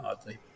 oddly